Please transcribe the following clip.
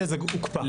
שזה הוקפא.